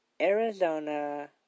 Arizona